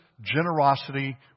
generosity